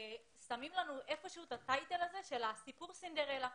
באיזשהו מקום שמים לנו את הכתרת של סיפור סינדרלה.